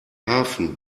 hafen